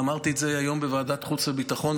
ואמרתי את זה היום בוועדת חוץ וביטחון,